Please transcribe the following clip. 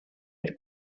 per